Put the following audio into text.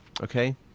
okay